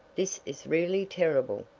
this is really terrible!